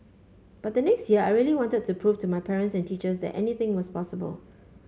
but the next year I really wanted to prove to my parents and teachers that anything was possible